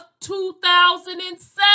2007